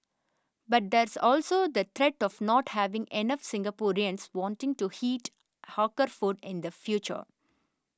but there's also the threat of not having enough Singaporeans wanting to eat hawker food in the future